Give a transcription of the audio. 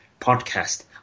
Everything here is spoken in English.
podcast